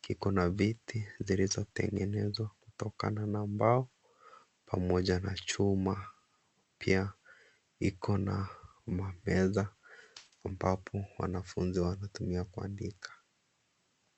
kiko na viti zilizotengenezwa kutokana na mbao pamoja na chuma. Pia iko na meza ambapo wanafunzi wanatumia kuandika.